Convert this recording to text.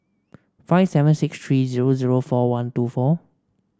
five seven six three zero zero four one two four